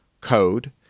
Code